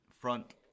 front